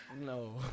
No